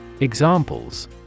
Examples